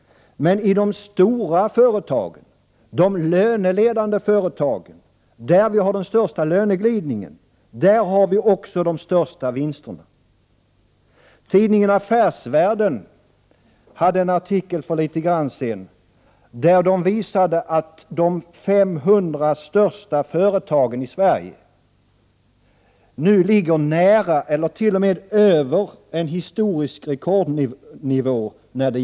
Men i de stora löneledande företagen, där den största löneglidningen finns, har vi också de största vinsterna. Tidningen Affärsvärlden hade för en tid sedan en artikel i vilken man visade att de 500 största företagen i Sverige nu i fråga om lönsamhet ligger nära eller t.o.m. över den historiska rekordnivån.